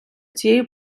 цією